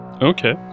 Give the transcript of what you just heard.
Okay